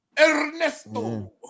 Ernesto